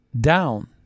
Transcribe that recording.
down